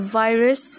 virus